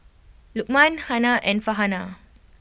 Lukman Hana and Farhanah